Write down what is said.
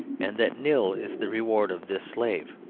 and that nil is the reward of this slave.